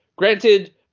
Granted